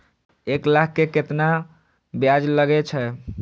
एक लाख के केतना ब्याज लगे छै?